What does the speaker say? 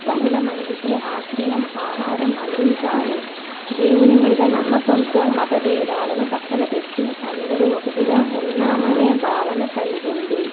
బహుళ మందికి ఆశ్రయం ఆహారం అందించారు దేవుని మీద నమ్మకంతో మత భేదాలను పక్కన పెట్టి అందరూ ఒకటిగా ఉన్నామనే భావన కలిగింది